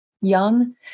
Young